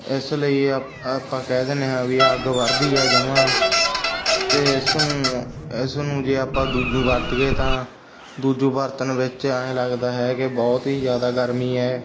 ਇਸ ਲਈ ਆਪ ਆਪਾਂ ਕਹਿ ਦਿੰਦੇ ਹਾਂ ਵੀ ਅੱਗ ਵਰਦੀ ਆ ਜਮਾਂ ਅਤੇ ਇਸ ਨੂੰ ਇਸ ਨੂੰ ਜੇ ਆਪਾਂ ਦੂਜੁ ਵਰਤ ਗਏ ਤਾਂ ਦੂਜੁ ਬਰਤਨ ਵਿੱਚ ਐਂ ਲੱਗਦਾ ਹੈ ਕਿ ਬਹੁਤ ਹੀ ਜ਼ਿਆਦਾ ਗਰਮੀ ਹੈ